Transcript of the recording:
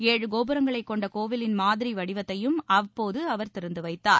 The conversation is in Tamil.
ஏழு கோபுரங்களை கொண்ட கோவிலின் மாதிரி வடிவத்தையும் அப்போது அவர் திறந்து வைத்தார்